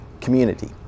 community